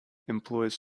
employs